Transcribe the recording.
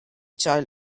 child